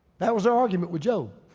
that was their argument with job.